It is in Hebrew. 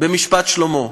במשפט שלמה.